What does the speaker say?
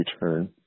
return